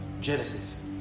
Genesis